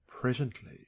presently